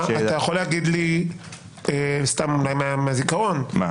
אתה יכול להגיד לי מהזיכרון, מה